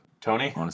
Tony